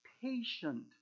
patient